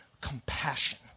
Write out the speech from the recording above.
compassion